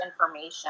information